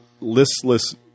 listless